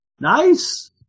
Nice